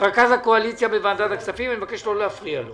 אני מבקש לא להפריע לו.